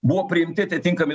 buvo priimti atitinkami